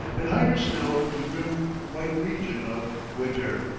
and higher still the grim white region of winter.